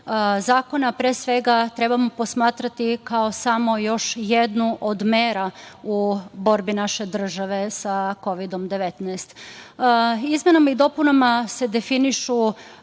Zakona pre svega trebamo posmatrati kao samo još jednu od mera u borbi naše države sa Kovidom 19.Izmenama i dopunama se definišu